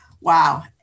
Wow